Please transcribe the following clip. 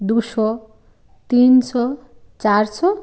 দুশো তিনশো চারশো